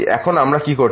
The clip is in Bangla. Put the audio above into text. এখন আমরা কি করছি